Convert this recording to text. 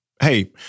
hey